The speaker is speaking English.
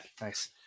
nice